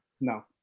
No